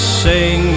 sing